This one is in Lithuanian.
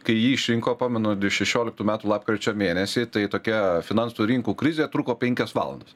kai jį išrinko pamenu šešioliktų metų lapkričio mėnesį tai tokia finansų rinkų krizė truko penkias valandas